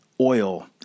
oil